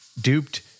duped